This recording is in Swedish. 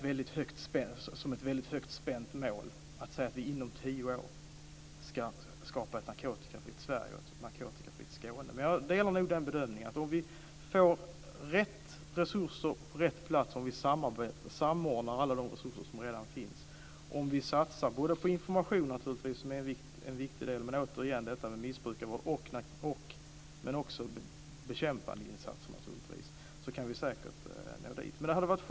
Det kan låta som ett väldigt högt ställt mål att säga att vi inom tio år ska skapa ett narkotikafritt Sverige och ett narkotikafritt Skåne. Men jag delar bedömningen att om vi får rätt resurser på rätt plats, om vi samordnar alla de resurser som redan finns och om vi satsar både på information, som är en viktig del, och på missbrukarvården men också bekämpandeinsatserna kan vi säkert nå dit.